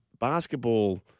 basketball